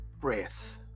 breath